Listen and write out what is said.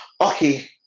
Okay